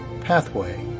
pathway